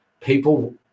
People